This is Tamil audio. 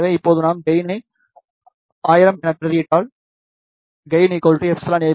எனவே இப்போது நாம் கெயினை 1000 என பிரதியிட்டால் Gainab2→10000